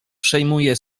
przejmuje